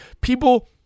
people